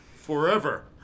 forever